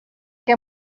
què